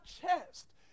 chest